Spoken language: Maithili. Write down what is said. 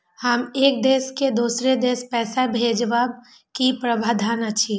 एक देश से दोसर देश पैसा भैजबाक कि प्रावधान अछि??